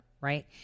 right